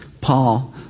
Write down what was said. Paul